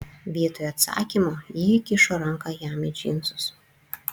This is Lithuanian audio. vietoj atsakymo ji įkišo ranką jam į džinsus